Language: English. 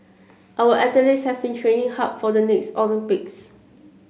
our athletes have been training hard for the next Olympics